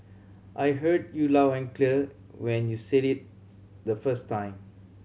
I heard you loud and clear when you said it the first time